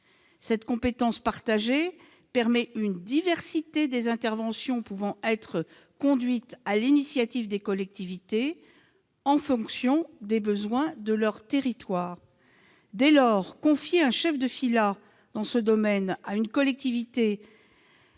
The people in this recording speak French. Cette compétence partagée permet une diversité des initiatives des collectivités, en fonction des besoins de leur territoire. Dès lors, confier un chef de filât dans ce domaine à une collectivité